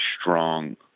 strong